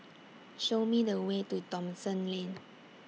Show Me The Way to Thomson Lane